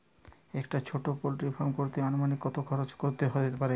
একটা ছোটো poultry farm করতে আনুমানিক কত খরচ কত হতে পারে?